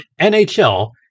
NHL